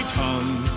tongue